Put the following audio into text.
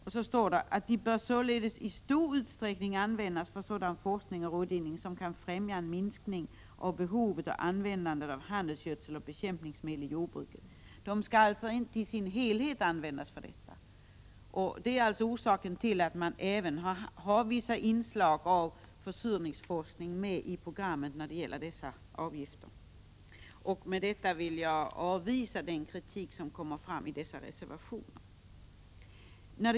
Det sades också: ”Avgifterna bör således i stor utsträckning användas för sådan forskning och rådgivning som kan främja en minskning av behovet och användandet av handelsgödsel och bekämpningsmedel i jordbruket.” Avgifterna skall alltså inte i sin helhet användas för detta. Det är orsaken till att även vissa inslag av försurningsforskning finns med i programmet när det gäller dessa avgifter. Med detta vill jag avvisa den kritik som kommer fram i dessa reservationer.